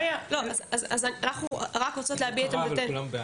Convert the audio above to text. אנחנו רק רוצות להביע את עמדתנו.